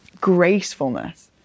gracefulness